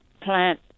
plant